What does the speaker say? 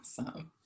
awesome